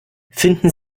finden